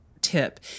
tip